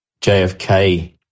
JFK